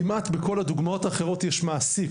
כמעט בכל הדוגמאות האחרות יש מעסיק,